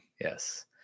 Yes